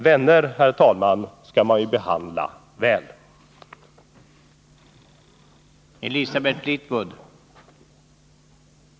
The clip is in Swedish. Vänner, herr talman, skall man ju behandla väl.